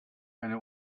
eine